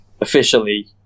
officially